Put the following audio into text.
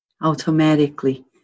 automatically